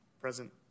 Present